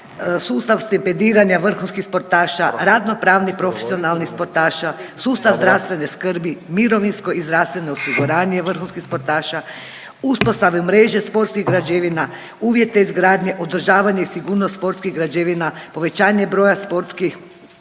sustav stipendiranja vrhunskih sportaša, radno-pravnih profesionalnih sportaša, sustav zdravstvene skrbi, mirovinsko i zdravstveno osiguranje vrhunskih sportaša, uspostavu mreže sportskih građevina, uvjete izgradnje, održavanje i sigurnost sportskih građevina, povećanje broja sportskih